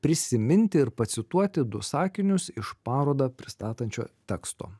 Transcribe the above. prisiminti ir pacituoti du sakinius iš parodą pristatančio teksto